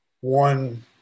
one